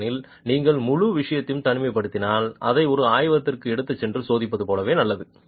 ஏனெனில் நீங்கள் முழு விஷயத்தையும் தனிமைப்படுத்தினால் அதை ஒரு ஆய்வகத்திற்கு எடுத்துச் சென்று சோதிப்பது போலவே நல்லது